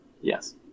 Yes